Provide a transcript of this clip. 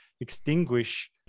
extinguish